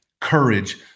courage